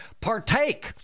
Partake